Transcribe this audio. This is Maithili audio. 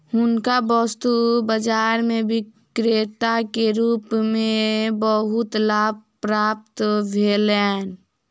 हुनका वस्तु बाजार में विक्रेता के रूप में बहुत लाभ प्राप्त भेलैन